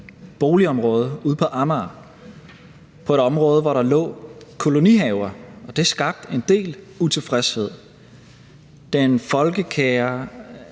boligområde ude på Amager på et område, hvor der lå kolonihaver. Og det skabte en del utilfredshed. Den folkekære